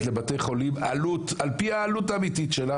לבתי החולים עלות על פי העלות האמיתית שלה